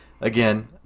again